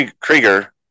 Krieger